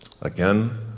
Again